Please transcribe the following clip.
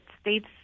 states